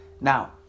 Now